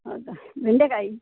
ಹೌದ ಬೆಂಡೆಕಾಯಿ